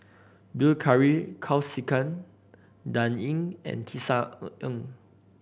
Bilahari Kausikan Dan Ying and Tisa Ng